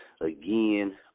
again